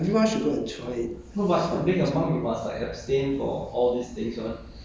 ya it's not so difficult lah it's not difficult lah I mean anyone should go and try it